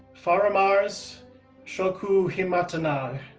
faramarz shokouhimatanagh,